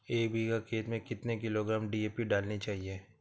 एक बीघा खेत में कितनी किलोग्राम डी.ए.पी डालनी चाहिए?